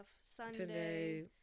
sunday